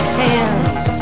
hands